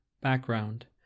Background